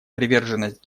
приверженность